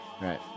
Right